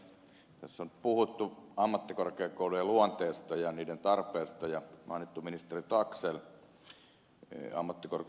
tässä on puhuttu ammattikorkeakoulujen luonteesta ja niiden tarpeesta ja mainittu ministeri taxell ammattikorkeakoulujen alkuajoilta